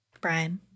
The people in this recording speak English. Brian